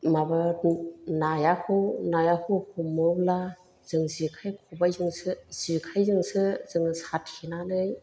माबा नायाखौ नायाखौ हमोब्ला जों जेखाइ खबाइजोंसो जेखाइजोंसो जोङो साथेनानै